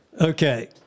okay